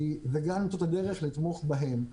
וגם למצוא את הדרך לתמוך בהם.